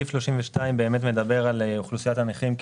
סעיף 32 באמת מדבר על אוכלוסיית הנכים,